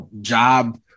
job